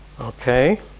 Okay